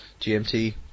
GMT